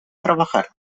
trabajar